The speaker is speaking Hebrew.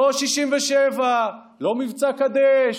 לא 67', לא מבצע קדש,